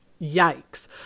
Yikes